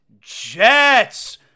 Jets